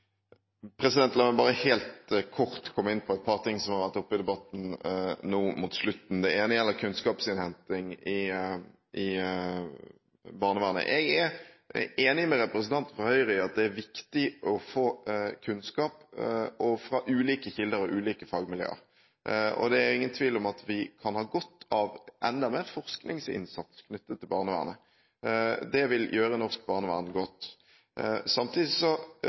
La meg bare helt kort komme inn på et par ting som har vært oppe i debatten nå mot slutten. Det ene gjelder kunnskapsinnhenting i barnevernet. Jeg er enig med representanten fra Høyre i at det er viktig å få kunnskap fra ulike kilder og ulike fagmiljøer. Det er ingen tvil om at vi kan ha godt av enda mer forskningsinnsats knyttet til barnevernet. Det vil gjøre norsk barnevern godt. Samtidig